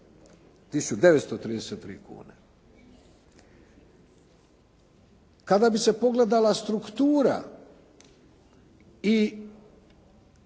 1.933,00 kune. Kada bi se pogledala struktura i